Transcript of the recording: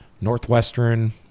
Northwestern